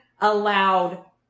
allowed